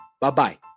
Bye-bye